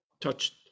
touched